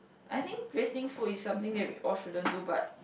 I think wasting food is something that we all shouldn't do but